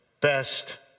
best